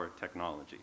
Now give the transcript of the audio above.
technology